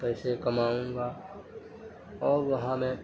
پیسے کماؤں گا اور وہاں میں